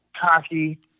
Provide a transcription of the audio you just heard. cocky